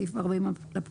בסעיף 49 לפקודה,